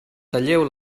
talleu